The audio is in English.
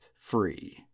free